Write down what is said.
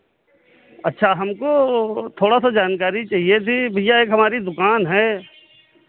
अच्छा हमको वो थोड़ा सा जानकारी चाहिए थी भैया एक हमारी दुकान है